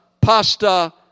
pasta